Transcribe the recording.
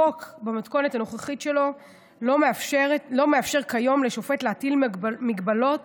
החוק במתכונת הנוכחית שלו לא מאפשר כיום לשופט להטיל מגבלות